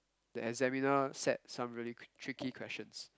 the examiner set some really t~ tricky questions